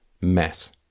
mess